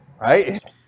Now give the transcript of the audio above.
Right